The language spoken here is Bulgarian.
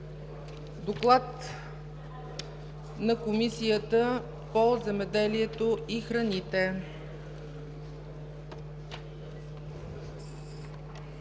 на Комисията по земеделието и храните